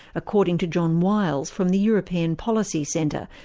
according to john wyles from the european policy centre,